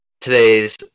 Today's